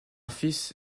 fils